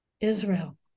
Israel